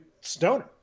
Stoner